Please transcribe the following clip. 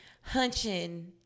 hunching